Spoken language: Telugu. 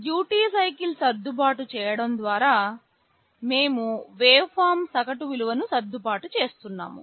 డ్యూటీ సైకిల్ సర్దుబాటు చేయడం ద్వారా మేము వేవ్ఫార్మ్ సగటు విలువను సర్దుబాటు చేస్తున్నాము